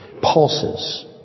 pulses